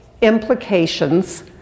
implications